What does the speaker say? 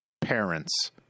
parents